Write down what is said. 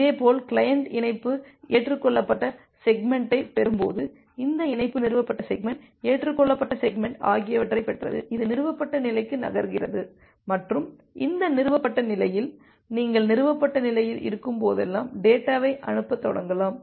இதேபோல் கிளையன்ட் இணைப்பு ஏற்றுக்கொள்ளப்பட்ட செக்மெண்டைப் பெறும்போது இந்த இணைப்பு நிறுவப்பட்ட செக்மெண்ட் ஏற்றுக்கொள்ளப்பட்ட செக்மெண்ட் ஆகியவற்றைப் பெற்றது அது நிறுவப்பட்ட நிலைக்கு நகர்கிறது மற்றும் இந்த நிறுவப்பட்ட நிலையில் நீங்கள் நிறுவப்பட்ட நிலையில் இருக்கும்போதெல்லாம் டேட்டாவை அனுப்பத் தொடங்கலாம்